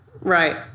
Right